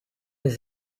his